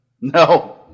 No